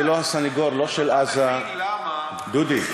אני לא הסנגור לא של עזה, אתה מבין למה, דודי.